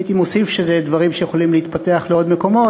הייתי מוסיף שאלה דברים שיכולים להתפתח לעוד מקומות.